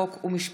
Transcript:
חוק ומשפט.